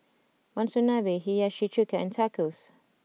Monsunabe Hiyashi Chuka and Tacos